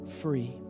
free